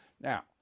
Now